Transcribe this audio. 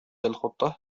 الخطة